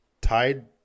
Tide